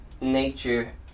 nature